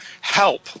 help